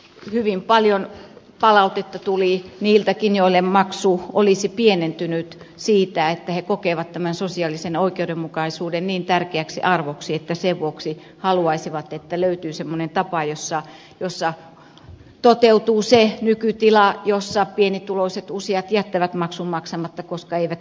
hyvin paljon palautetta tuli niiltäkin joille maksu olisi pienentynyt siitä että he kokevat tämän sosiaalisen oikeudenmukaisuuden niin tärkeäksi arvoksi että sen vuoksi haluaisivat että löytyy semmoinen tapa jossa toteutuu se nykytila jossa pienituloiset usein jättävät maksun maksamatta koska eivät kykene maksamaan